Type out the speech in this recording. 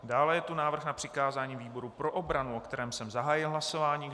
Dále je tu návrh na přikázání výboru pro obranu, o kterém jsem zahájil hlasování.